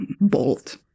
bold